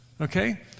okay